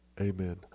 Amen